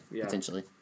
potentially